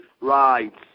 rights